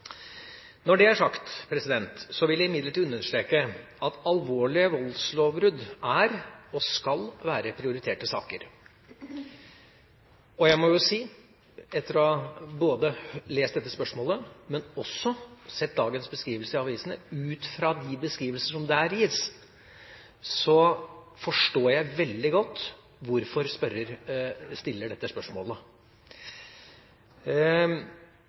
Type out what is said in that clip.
Når det er sagt, vil jeg imidlertid understreke at alvorlige voldslovbrudd er og skal være prioriterte saker. Jeg må si, etter både å ha lest dette spørsmålet og sett dagens aviser og de beskrivelser som der gis, at jeg forstår veldig godt hvorfor spørreren stiller dette spørsmålet.